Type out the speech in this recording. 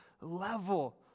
level